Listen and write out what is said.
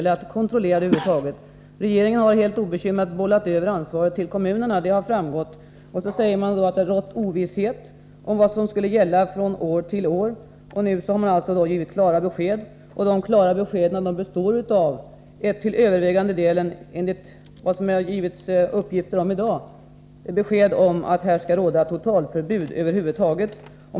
Det har framgått att regeringen helt obekymrat har bollat över ansvaret till kommunerna. Och sedan säger jordbruksministern att det har rått ovisshet om vad som skulle gälla från år till år. Nu skall det ges klara besked. Och enligt uppgifter som jag har fått i dag innebär det beskedet att det skall råda totalförbud över huvud taget.